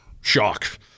shock